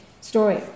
story